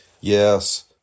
Yes